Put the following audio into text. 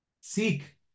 seek